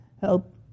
help